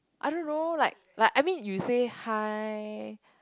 I don't know like like you say hi